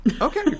Okay